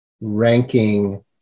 ranking